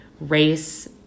race